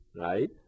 right